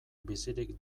bizirik